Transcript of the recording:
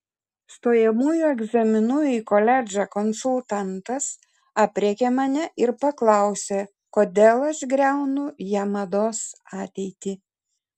stojamųjų egzaminų į koledžą konsultantas aprėkė mane ir paklausė kodėl aš griaunu jamados ateitį